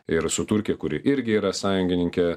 ir su turkija kuri irgi yra sąjungininkė